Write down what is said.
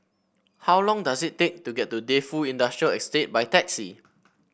how long does it take to get to Defu Industrial Estate by taxi